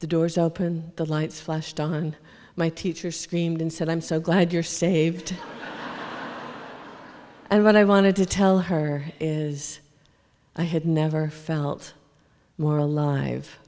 the doors open the lights flashed on my teacher screamed and said i'm so glad you're saved and when i wanted to tell her is i had never felt more alive